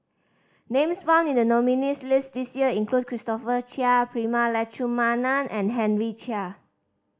names found in the nominees' list this year include Christopher Chia Prema Letchumanan and Henry Chia